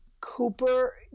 Cooper